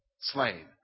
slain